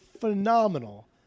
phenomenal